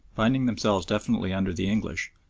finding themselves definitely under the english,